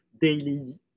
daily